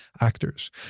actors